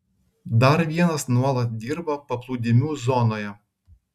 dar vienas nuolat dirba paplūdimių zonoje